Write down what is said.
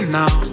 now